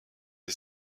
les